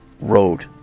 road